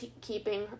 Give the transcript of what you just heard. keeping